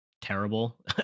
terrible